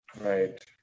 Right